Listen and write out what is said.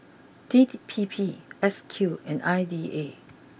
D P P S Q and I D A